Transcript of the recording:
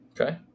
Okay